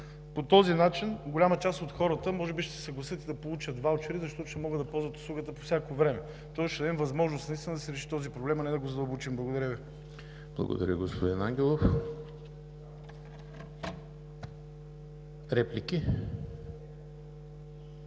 По този начин голяма част от хората може би ще се съгласят и да получат ваучери, защото ще могат да ползват услугата по всяко време, тоест ще дадем възможност наистина да се реши този проблем, а не да го задълбочим. Благодаря Ви. ПРЕДСЕДАТЕЛ ЕМИЛ ХРИСТОВ: Благодаря, господин Ангелов. Реплики?